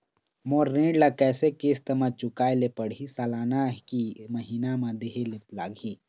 मोर ऋण ला कैसे किस्त म चुकाए ले पढ़िही, सालाना की महीना मा देहे ले लागही?